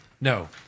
No